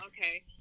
Okay